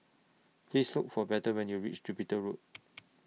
Please Look For Bethel when YOU REACH Jupiter Road